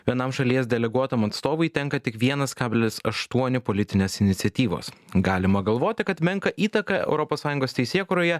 vienam šalies deleguotam atstovui tenka tik vienas kablis aštuoni politinės iniciatyvos galima galvoti kad menką įtaką europos sąjungos teisėkūroje